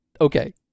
okay